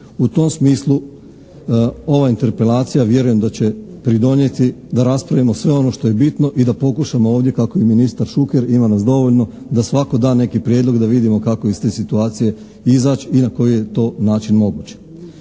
U tom smislu ova interpelacija vjerujem da će pridonijeti da raspravimo sve ono što je bitno i da pokušamo ovdje kako i ministar Šuker, ima nas dovoljno, da svako da neki prijedlog i da vidimo kako iz te situacije izaći i na koji je to način moguće.